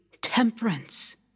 temperance